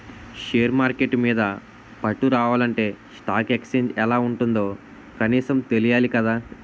share market మీద పట్టు రావాలంటే స్టాక్ ఎక్సేంజ్ ఎలా ఉంటుందో కనీసం తెలియాలి కదా